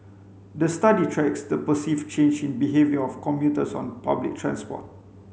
the study tracks the perceived change in behaviour of commuters on public transport